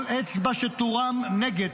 כל אצבע שתורם נגד,